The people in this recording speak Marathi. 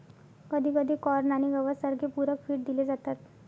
कधीकधी कॉर्न आणि गवत सारखे पूरक फीड दिले जातात